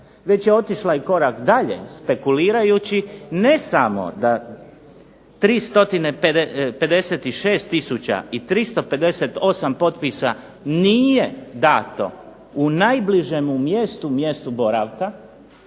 već je otišla i korak dalje spekulirajući ne samo da 356 358 potpisa nije dato u najbližemu mjestu, mjestu boravka,